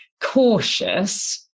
cautious